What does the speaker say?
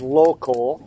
local